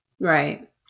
Right